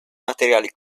materiali